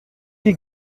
die